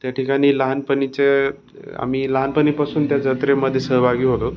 त्या ठिकाणी लहानपणीच्या आम्ही लहानपणीपासून त्या जत्रेमध्ये सहभागी होतो